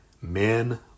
men